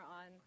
on